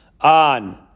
on